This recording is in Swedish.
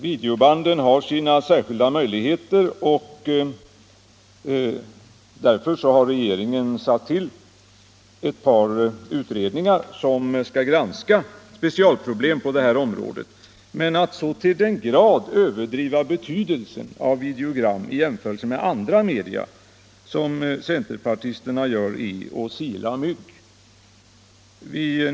Videobanden har sina särskilda möjligheter, och därför har regeringen tillsatt ett par utredningar som skall granska specialproblem på detta område. Men att så till den grad överdriva betydelsen av videogram i jämförelse med andra media, som centerpartisterna gör, är att sila mygg.